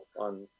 on